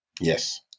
Yes